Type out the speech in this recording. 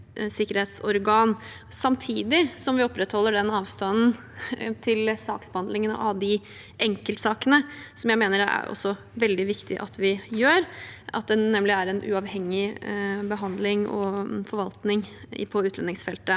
samtidig som vi opprettholder avstanden til saksbehandlingen av enkeltsakene – som jeg også mener det er veldig viktig at vi gjør – og at det er en uavhengig behandling og forvaltning på utlendingsfeltet.